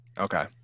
Okay